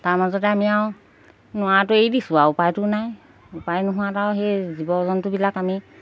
তাৰ মাজতে আমি আৰু নোৱাৰাটো এৰি দিছোঁ আৰু উপায়টো নাই উপায় নোহোৱাত সেই জীৱ জন্তুবিলাক আমি